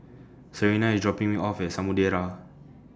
Serena IS dropping Me off At Samudera